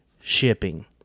shipping